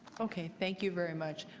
okay. thank you very much.